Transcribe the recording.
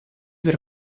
per